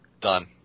Done